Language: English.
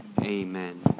Amen